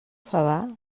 favar